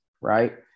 right